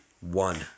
one